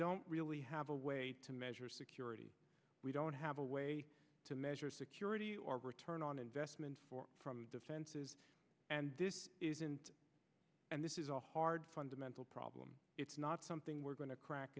don't really have a way to measure security we don't have a way to measure security or return on investment defenses and this isn't and this is a hard fundamental problem it's not something we're going to crack